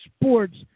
Sports